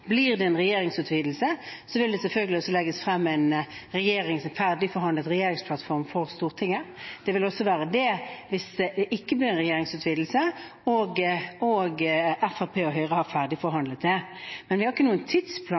Blir det en regjeringsutvidelse, vil det selvfølgelig også legges frem en ferdigforhandlet regjeringsplattform for Stortinget. Det vil også være det hvis det ikke blir regjeringsutvidelse, og Fremskrittspartiet og Høyre har ferdigforhandlet det. Men vi har ikke noen tidsplan